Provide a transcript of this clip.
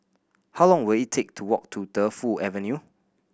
how long will it take to walk to Defu Avenue